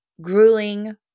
grueling